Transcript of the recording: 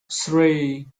three